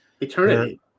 eternity